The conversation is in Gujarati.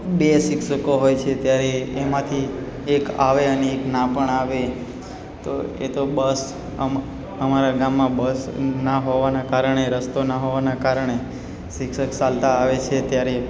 બે શિક્ષકો હોય છે ત્યારે એમાંથી એક આવે અને એક ના પણ આવે તો એતો બસ અમ અમારા ગામમા બસ ના હોવાના કારણે રસ્તો ના હોવાના કારણે શિક્ષક ચાલતા આવે છે ત્યારે